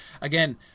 Again